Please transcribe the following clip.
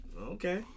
okay